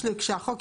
למה?